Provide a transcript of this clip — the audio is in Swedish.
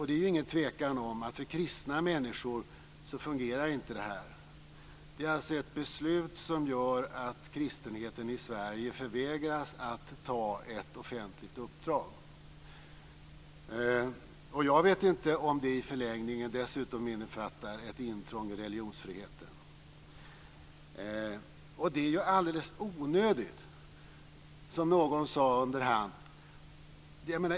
Det är ingen tvekan om att detta inte fungerar för kristna människor. Det är alltså ett beslut som gör att kristenheten i Sverige förvägras att ta ett offentligt uppdrag. Jag vet inte om det i förlängningen dessutom innefattar ett intrång i religionsfriheten. Och det är ju alldeles onödigt, som någon sade.